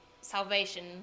salvation